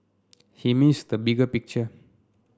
he missed the bigger picture